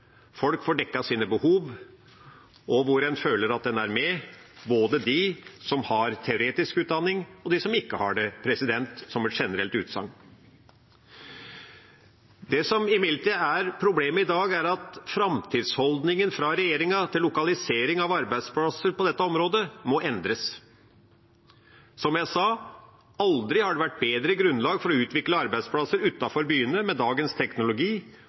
folk får dekket sine behov, og slik at en føler at en er med, både de som har teoretisk utdanning, og de som ikke har det – som et generelt utsagn. Det som imidlertid er problemet i dag, er at framtidsholdningen hos regjeringa til lokalisering av arbeidsplasser på dette området må endres. Som jeg sa: Aldri har det vært bedre grunnlag for å utvikle arbeidsplasser utenfor byene – med dagens teknologi